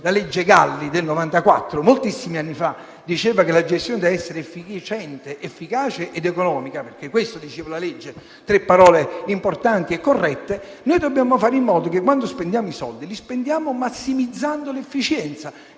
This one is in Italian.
la legge Galli del 1994, stabiliva che la gestione deve essere efficiente, efficace ed economica - questo diceva la legge, utilizzando tre parole importanti e corrette - noi dobbiamo fare in modo che, quando spendiamo i soldi, lo facciamo massimizzando l'efficienza.